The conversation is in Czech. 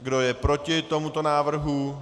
Kdo je proti tomuto návrhu?